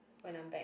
when I'm back